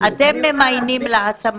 אני יכולה להסביר --- אתם ממיינים את ההשמה,